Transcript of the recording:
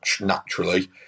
naturally